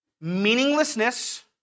meaninglessness